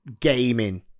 gaming